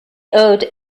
owed